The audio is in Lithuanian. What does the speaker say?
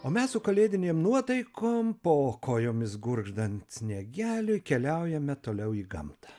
o mes su kalėdinėm nuotaikom po kojomis gurgždant sniegeliui keliaujame toliau į gamtą